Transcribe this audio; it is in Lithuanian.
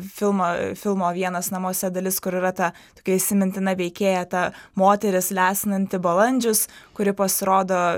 filmo filmo vienas namuose dalis kur yra ta tokia įsimintina veikėja ta moteris lesinanti balandžius kuri pasirodo